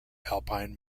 alpine